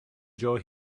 joy